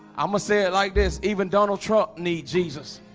i'm gonna say it like this even donald trump need jesus